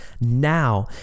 now